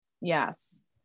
Yes